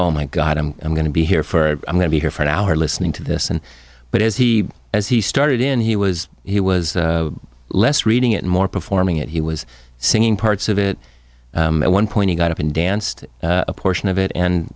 oh my god i'm going to be here for i'm going to be here for an hour listening to this and but as he as he started in he was he was less reading it more performing it he was singing parts of it at one point he got up and danced a portion of it and